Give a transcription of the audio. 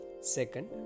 Second